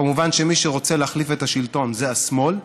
כמובן שמי שרוצה להחליף את השלטון זה השמאל.